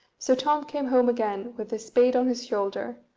so tom came home again with his spade on his shoulder,